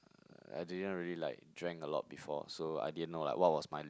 I didn't really like drank a lot before so I didn't know like what was my